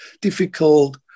difficult